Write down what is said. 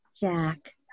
Jack